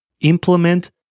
Implement